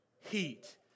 heat